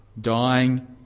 Dying